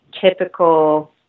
typical